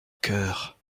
cœurs